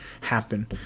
happen